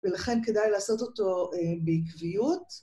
ולכן כדאי לעשות אותו בעקביות.